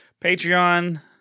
Patreon